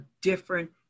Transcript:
different